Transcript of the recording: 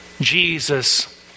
Jesus